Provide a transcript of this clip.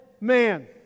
man